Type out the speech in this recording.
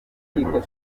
njye